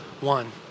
one